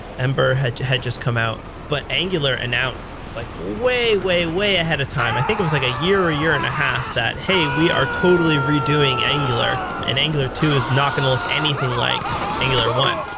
ember had had just come out. but angular announced like way, way, way ahead of time, i think it was like a year or a year and a half that, hey, we are totally redoing angular, and angular two i not going to look anything like angular one.